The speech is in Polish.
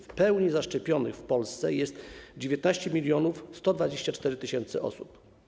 W pełni zaszczepionych w Polsce jest 19 124 tys. osób.